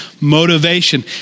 motivation